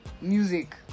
music